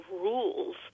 rules